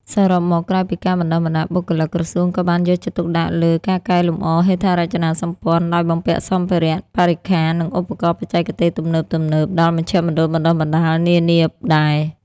សរុបមក ក្រៅពីការបណ្តុះបណ្តាលបុគ្គលិក ក្រសួងក៏បានយកចិត្តទុកដាក់លើ ការកែលម្អហេដ្ឋារចនាសម្ព័ន្ធ ដោយបំពាក់សម្ភារៈ បរិក្ខារ និងឧបករណ៍បច្ចេកទេសទំនើបៗដល់មជ្ឈមណ្ឌលបណ្តុះបណ្តាលនានាដែរ។